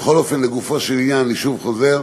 לגופו של עניין, אני חוזר: